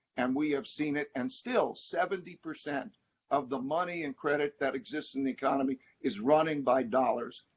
and we have seen it, and still, seventy percent of the money and credit that exists in the economy is running by dollars,